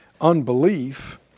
Unbelief